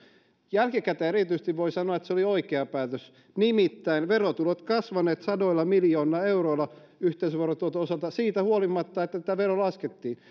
jälkikäteen voi sanoa että se oli oikea päätös nimittäin verotulot ovat kasvaneet sadoilla miljoonilla euroilla yhteisöverotuoton osalta siitä huolimatta että tätä veroa laskettiin